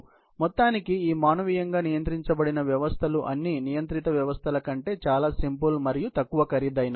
కాబట్టి మొత్తానికి ఈ మానవీయంగా నియంత్రించబడిన వ్యవస్థలు అన్ని నియంత్రిత వ్యవస్థల కంటే చాలా సింపుల్ మరియు తక్కువ ఖరీదైనవి